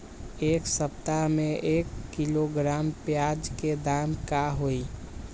एक सप्ताह में एक किलोग्राम प्याज के दाम का होई?